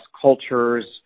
cultures